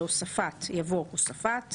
והוספת" יבוא "הוספת";